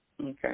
Okay